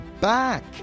back